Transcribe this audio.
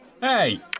Hey